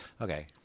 okay